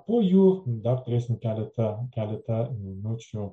po jų dar turėsim keletą keletą minučių